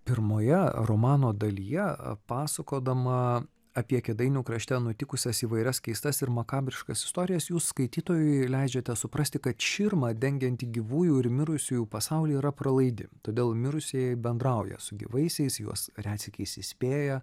pirmoje romano dalyje pasakodama apie kėdainių krašte nutikusias įvairias keistas ir makabriškas istorijas jūs skaitytojui leidžiate suprasti kad širma dengianti gyvųjų ir mirusiųjų pasaulį yra pralaidi todėl mirusieji bendrauja su gyvaisiais juos retsykiais įspėja